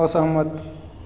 असहमत